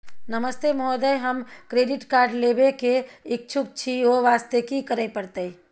नमस्ते महोदय, हम credit card लेबे के इच्छुक छि ओ वास्ते की करै परतै?